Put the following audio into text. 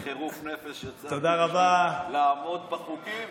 אתה רואה באיזה חירוף נפש יצאתי בשביל לעמוד בחוקים?